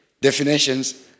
Definitions